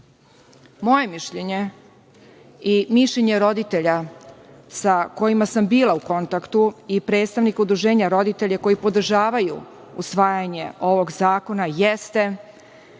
mišljenje i mišljenje roditelja sa kojima sam bila u kontaktu i predstavnika udruženja roditelja koji podržavaju usvajanje ovog zakona jeste